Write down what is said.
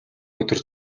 өдөр